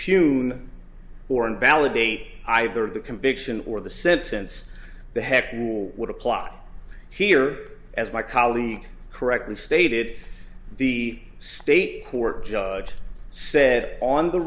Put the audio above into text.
n or invalidate either the conviction or the sentence the heck would a plot here as my colleague correctly stated the state court judge said on the